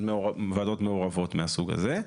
ועדות מעורבות מהסוג הזה.